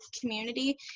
community